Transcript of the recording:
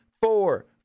Four